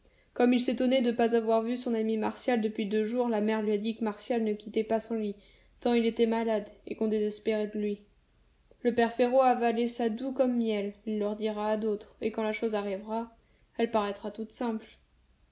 comme il s'étonnait de ne pas avoir vu son ami martial depuis deux jours la mère lui a dit que martial ne quittait pas son lit tant il était malade et qu'on désespérait de lui le père férot a avalé ça doux comme miel il le redira à d'autres et quand la chose arrivera elle paraîtra toute simple